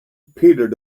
peter